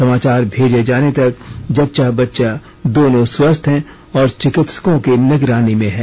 समाचार भेजे जाने तक जच्चा बच्चा दोनों स्वस्थ हैं और चिकित्सकों की निगरानी में हैं